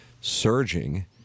surging